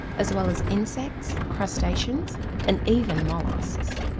as well as insects, crustaceans and even molluscs.